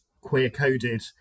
queer-coded